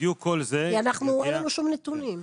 כי אין לנו שום נתונים.